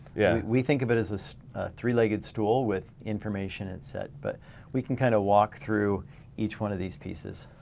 yeah we think of it as a three-legged stool with information it set, but we can kind of walk through each one of these pieces.